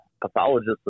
pathologist